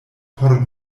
por